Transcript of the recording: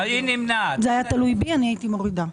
אם זה היה תלוי בי אני הייתי מורידה.